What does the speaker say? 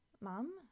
Mom